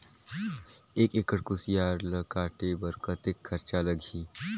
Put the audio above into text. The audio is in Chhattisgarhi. एक एकड़ कुसियार ल काटे बर कतेक खरचा लगही?